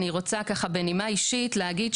אני רוצה ככה בנימה אישית להגיד,